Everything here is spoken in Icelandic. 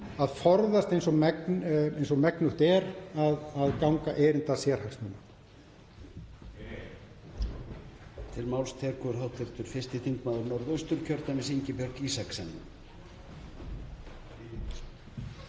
að forðast eins og megnugt er að ganga erinda sérhagsmuna.